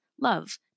love